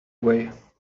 way